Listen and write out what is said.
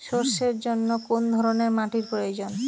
সরষের জন্য কোন ধরনের মাটির প্রয়োজন?